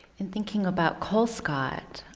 and thinking about colescott,